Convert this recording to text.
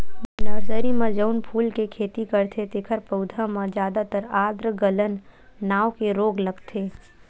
nursery म जउन फूल के खेती करथे तेखर पउधा म जादातर आद्र गलन नांव के रोग लगथे